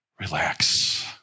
Relax